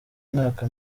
mwaka